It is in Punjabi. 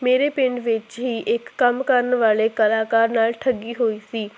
ਮੇਰੇ ਪਿੰਡ ਵਿੱਚ ਹੀ ਇੱਕ ਕੰਮ ਕਰਨ ਵਾਲੇ ਕਲਾਕਾਰ ਨਾਲ ਠੱਗੀ ਹੋਈ ਸੀ